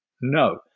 No